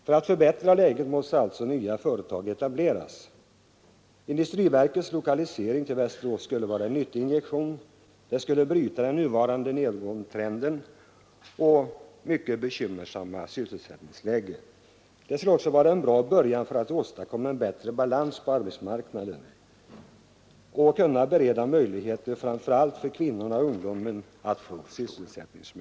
För att förbättra läget måste alltså nya företag etableras. Industriverkets lokalisering till Västerås skulle vara en nyttig injektion. Det skulle bryta den nuvarande nedgångstrenden och förbättra det mycket bekymmersamma sysselsättningsläget. Det skulle också vara en bra början för att åstadkomma en bättre balans på arbetsmarknaden och kunna bereda möjligheter framför allt för kvinnorna och ungdomen att få sysselsättning.